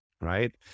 right